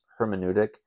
hermeneutic